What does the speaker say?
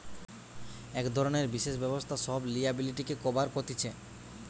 এক ধরণের বিশেষ ব্যবস্থা সব লিয়াবিলিটিকে কভার কতিছে